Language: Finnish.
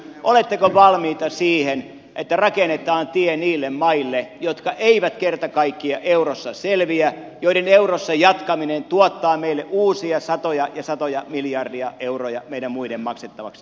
oletteko valmiita siihen että rakennetaan tie niille maille jotka eivät kerta kaikkiaan eurossa selviä joiden eurossa jatkaminen tuottaa uusia satoja ja satoja miljardeja euroja meidän muiden maksettavaksi